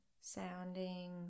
sounding